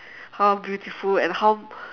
how beautiful and how